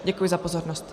Děkuji za pozornost.